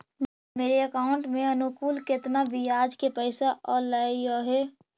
मेरे अकाउंट में अनुकुल केतना बियाज के पैसा अलैयहे?